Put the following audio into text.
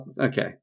Okay